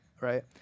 right